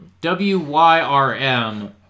W-Y-R-M